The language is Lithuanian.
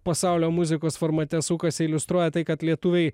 pasaulio muzikos formate sukasi iliustruoja tai kad lietuviai